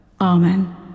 Amen